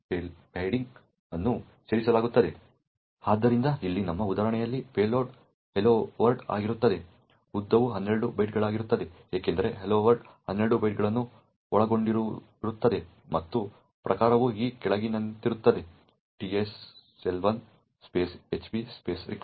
ಆದ್ದರಿಂದ ಇಲ್ಲಿ ನಮ್ಮ ಉದಾಹರಣೆಯಲ್ಲಿ ಪೇಲೋಡ್ ಹಲೋ ವರ್ಲ್ಡ್ ಆಗಿರುತ್ತದೆ ಉದ್ದವು 12 ಬೈಟ್ಗಳಾಗಿರುತ್ತದೆ ಏಕೆಂದರೆ ಹಲೋ ವರ್ಲ್ಡ್ 12 ಬೈಟ್ಗಳನ್ನು ಒಳಗೊಂಡಿರುತ್ತದೆ ಮತ್ತು ಪ್ರಕಾರವು ಈ ಕೆಳಗಿನಂತಿರುತ್ತದೆ TLS1 HB REQUEST